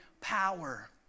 power